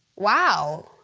wow,